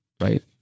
right